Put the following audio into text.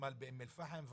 ותמ"ל באום אל-פאחם,